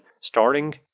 starting